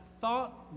thought